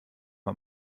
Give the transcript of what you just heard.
man